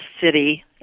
City